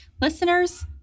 Listeners